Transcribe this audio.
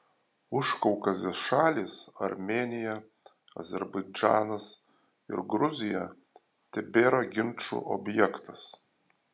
užkaukazės šalys armėnija azerbaidžanas ir gruzija tebėra ginčų objektas